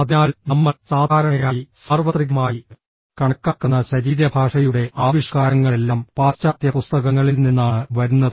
അതിനാൽ നമ്മൾ സാധാരണയായി സാർവത്രികമായി കണക്കാക്കുന്ന ശരീരഭാഷയുടെ ആവിഷ്കാരങ്ങളെല്ലാം പാശ്ചാത്യ പുസ്തകങ്ങളിൽ നിന്നാണ് വരുന്നത്